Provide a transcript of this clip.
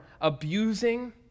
abusing